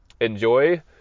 enjoy